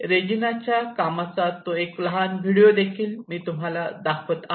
रेजिनाच्या कामाचा तो एक लहान व्हिडिओ मी तुम्हाला दाखवित आहे